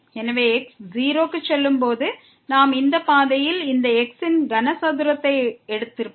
எனவே x 0 க்கு செல்லும்போது நாம் இந்த பாதையில் இந்த x ன் கனசதுரத்தை எடுத்திருப்போம்